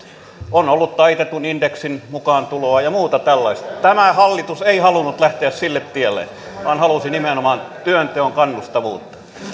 on ollut taitetun indeksin mukaantuloa ja muuta tällaista tämä hallitus ei halunnut lähteä sille tielle vaan halusi nimenomaan työnteon kannustavuutta